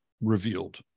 revealed